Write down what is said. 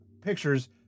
pictures